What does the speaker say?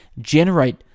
generate